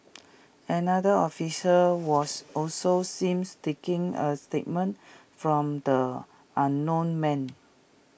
another officer was also seems taking A statement from the unknown man